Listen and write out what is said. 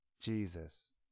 Jesus